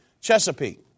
Chesapeake